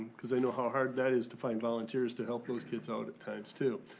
cause i know how hard that is to find volunteers to help those kids out at times too.